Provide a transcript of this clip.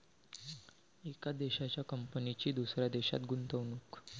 एका देशाच्या कंपनीची दुसऱ्या देशात गुंतवणूक